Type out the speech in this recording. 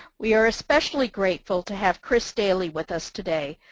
we are especially grateful to have chris daley with us today,